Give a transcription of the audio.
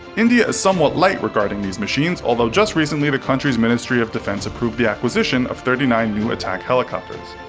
india is somewhat light regarding these machines, although just recently the country's ministry of defense approved the acquisition of thirty nine new attack helicopters.